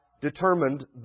determined